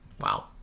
Wow